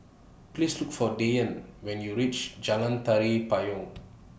Please Look For Devyn when YOU REACH Jalan Tari Payong